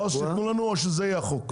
או שתיתן לנו, או שזה יהיה החוק.